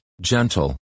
gentle